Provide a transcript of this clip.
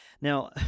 Now